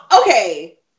okay